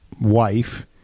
wife